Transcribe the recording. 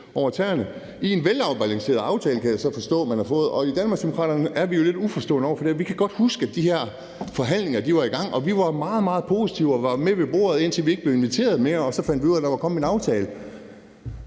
i en velafbalanceret aftale, som jeg så kan forstå at man har fået. I Danmarksdemokraterne er vi jo lidt uforstående over for det. Vi kan godt huske, at de her forhandlinger var i gang, og vi var meget, meget positive og var med ved bordet, indtil vi ikke blev inviteret mere. Så fandt vi ud af, at der var kommet en aftale. Det